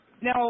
Now